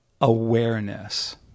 awareness